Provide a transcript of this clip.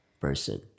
person